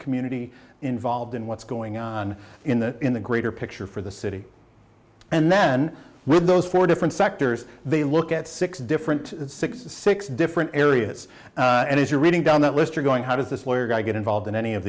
community involved in what's going on in the in the greater picture for the city and then with those four different sectors they look at six different six to six different areas and if you're reading down that list you're going how does this lawyer guy get involved in any of